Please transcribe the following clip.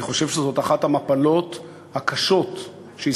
אני חושב שזאת אחת המפלות הקשות שישראל